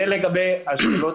לגבי השאלה